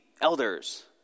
elders